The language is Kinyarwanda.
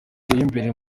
imbere